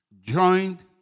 joined